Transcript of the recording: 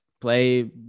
play